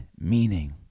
meaning